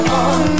on